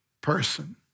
person